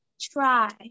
try